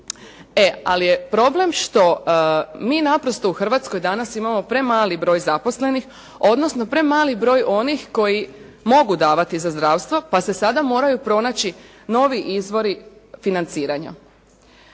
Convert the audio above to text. Ali je problem što mi naprosto u Hrvatskoj imamo premali broj zaposlenih odnosno premali broj onih koji mogu davati za zdravstvo pa se sada moraju pronaći novi izvori financiranja.